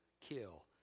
kill